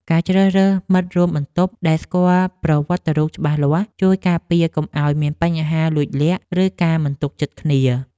ការជ្រើសរើសមិត្តរួមបន្ទប់ដែលស្គាល់ប្រវត្តិរូបច្បាស់លាស់ ជួយការពារកុំឱ្យមានបញ្ហាលួចលាក់ឬការមិនទុកចិត្តគ្នា។